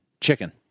Chicken